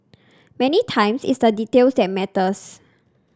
many times it's the details that matters